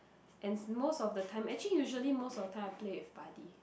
and most of the time actually usually most of the time I play with buddy